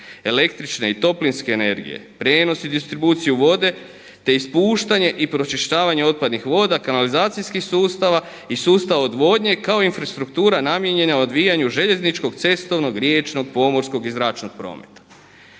električne i toplinske energije, prijenos i distribuciju vode, te ispuštanje i pročišćavanje otpadnih voda, kanalizacijskih sustava i sustava odvodnje, kao i infrastruktura namijenjena odvijanju željezničkog, cestovnog, riječnog, pomorskog i zračnog prometa.